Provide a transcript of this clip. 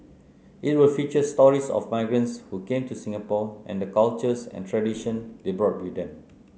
it will feature stories of migrants who came to Singapore and the cultures and tradition they brought with them